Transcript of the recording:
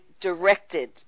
directed